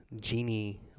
genie